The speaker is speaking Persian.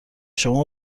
شما